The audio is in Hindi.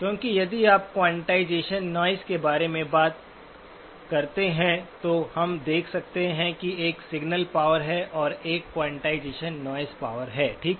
क्योंकि यदि आप क्वॉन्टिजेशन नॉइज़ के बारे में बात करते हैं तो हम देख सकते हैं कि एक सिग्नल पावर है और एक क्वांटाइजेशन नॉइज़ पावर है ठीक है